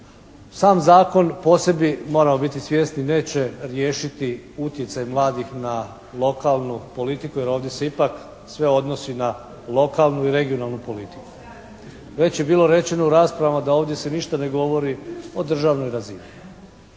Sam zakon po sebi, moramo biti svjesni, neće riješiti utjecaj mladih na lokalnu politiku jer ovdje se ipak sve odnosi na lokalnu i regionalnu politiku. Već je bilo rečeno u raspravama da ovdje se ništa ne govori o državnoj razini,